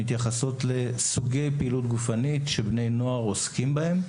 מתייחסות לסוגי פעילות גופנית שבני נוער עוסקים בהם,